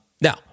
Now